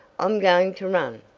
i'm going to run!